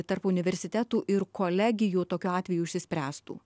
tarp universitetų ir kolegijų tokiu atveju išsispręstų